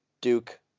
Duke